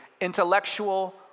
intellectual